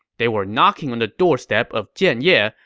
they were knocking on the doorstep of jianye,